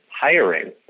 hiring